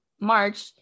March